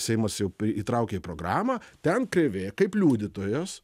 seimas jau įtraukė į programą ten krėvė kaip liudytojas